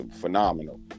phenomenal